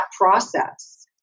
process